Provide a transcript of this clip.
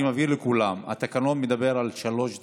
אני מבהיר לכולם: התקנון מדבר על שלוש דקות,